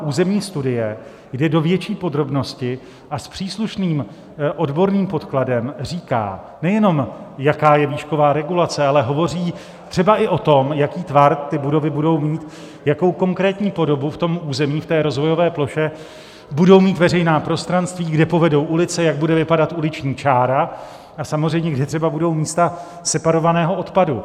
Územní studie jde do větších podrobností a s příslušným odborným podkladem říká, nejenom jaká je výšková regulace, ale hovoří třeba i tom, jaký tvar ty budovy budou mít, jakou konkrétní podobu v tom území, v té rozvojové ploše, budou mít veřejná prostranství, kde povedou ulice, jak bude vypadat uliční čára a samozřejmě kde třeba budou místa separovaného odpadu.